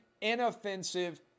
inoffensive